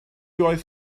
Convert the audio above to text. oedd